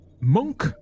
monk